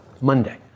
Monday